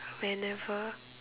whenever